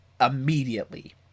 immediately